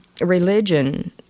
religion